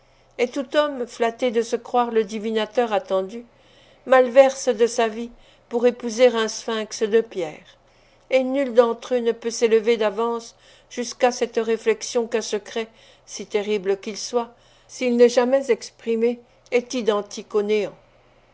et tout homme flatté de se croire le divinateur attendu malverse de sa vie pour épouser un sphinx de pierre et nul d'entre eux ne peut s'élever d'avance jusqu'à cette réflexion qu'un secret si terrible qu'il soit s'il n'est jamais exprimé est identique au néant